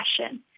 passion